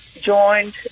joined